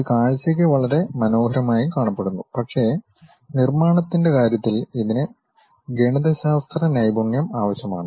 ഇത് കാഴ്ചക്ക് വളരെ മനോഹരമായി കാണപ്പെടുന്നു പക്ഷേ നിർമ്മാണത്തിന്റെ കാര്യത്തിൽ ഇതിന് ഗണിതശാസ്ത്ര നൈപുണ്യം ആവശ്യമാണ്